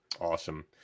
Awesome